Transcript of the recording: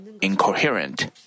incoherent